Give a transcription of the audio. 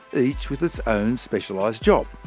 each with its own specialized job.